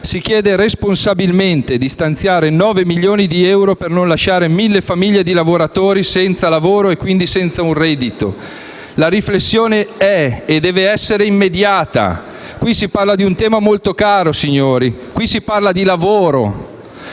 Si chiede responsabilmente di stanziare 9 milioni di euro per non lasciare mille famiglie di lavoratori senza lavoro e, quindi, senza un reddito. La riflessione è e deve essere immediata. Qui si parla di un tema molto caro, signori, si parla di lavoro,